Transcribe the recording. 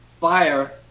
fire